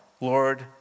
Lord